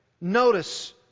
notice